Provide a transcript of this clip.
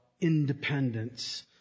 independence